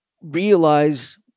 realize